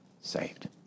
saved